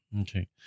Okay